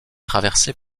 traversée